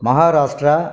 Maharashtra